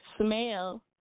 smell